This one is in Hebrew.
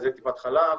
מרכזי טיפת חלב,